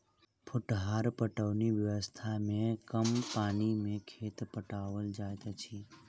फुहार पटौनी व्यवस्था मे कम पानि मे खेत पटाओल जाइत अछि